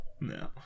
No